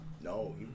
No